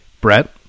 brett